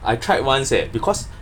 I tried once eh because